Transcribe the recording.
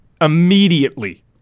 immediately